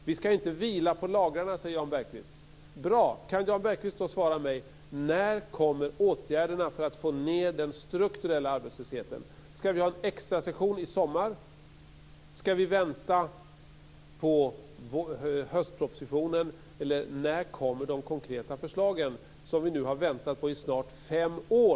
Vi skall inte vila på lagrarna, säger Jan Bergqvist. Bra! Kan Jan Bergqvist då svara mig: När kommer åtgärderna för att få ned den strukturella arbetslösheten? Skall vi ha en extra session i sommar? Skall vi vänta på höstpropositionen, eller när kommer de konkreta förslagen, som vi nu har väntat på i snart fem år?